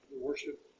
worship